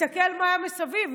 תסתכל מה היה מסביב.